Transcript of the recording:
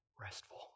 restful